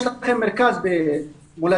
יש לכם מרכז במולדה,